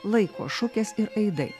laiko šukės ir aidai